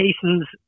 cases